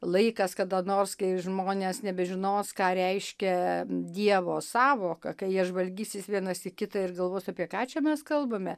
laikas kada nors kai žmonės nebežinos ką reiškia dievo sąvoka kai jie žvalgysis vienas į kitą ir galvos apie ką čia mes kalbame